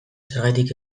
zergatik